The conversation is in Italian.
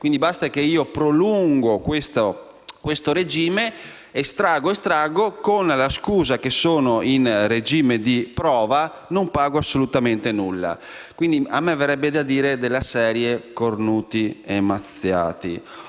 Quindi basta che io prolunghi questo regime e continui a estrarre; con la scusa che sono in regime di prova, non pago assolutamente nulla. A me verrebbe da dire: della serie «cornuti e mazziati».